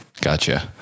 Gotcha